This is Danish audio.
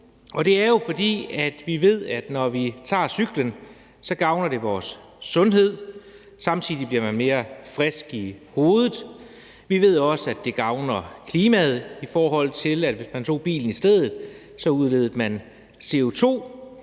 Det er jo, fordi vi ved, at når vi tager cyklen, gavner det vores sundhed, og samtidig bliver man mere frisk i hovedet. Vi ved også, at det gavner klimaet, for hvis man tog bilen i stedet, udledte man CO2.